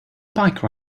bike